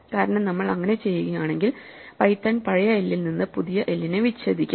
കാരണം നമ്മൾ അങ്ങനെ ചെയ്യുകയാണെങ്കിൽ പൈത്തൺ പഴയ l ൽ നിന്ന് പുതിയ l നെ വിച്ഛേദിക്കും